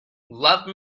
love